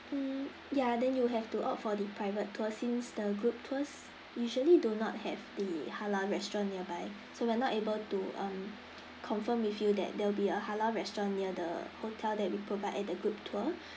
mm yeah then you have to opt for the private tour since the group tours usually do not have the halal restaurant nearby so we're not able to um confirm with you that there will be a halal restaurant near the hotel that we provide at the group tour